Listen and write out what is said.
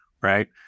right